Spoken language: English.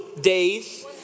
days